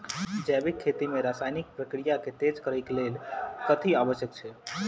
जैविक खेती मे रासायनिक प्रक्रिया केँ तेज करै केँ कऽ लेल कथी आवश्यक छै?